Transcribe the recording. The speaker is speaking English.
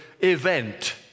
event